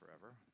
forever